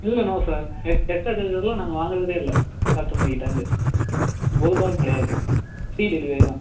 இல்லை no sir ex extra சார்ஜஸ்லாம் நாங்கள் வாங்குறதே இல்லை கஸ்டமர்கிட்டேருந்து ஒருபாவும் கிடையாது ஃப்ரீ டெலிவரி தான்